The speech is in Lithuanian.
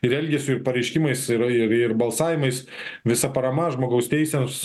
ir elgesiu ir pareiškimais yra ir ir balsavimais visa parama žmogaus teisėms